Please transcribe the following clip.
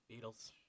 Beatles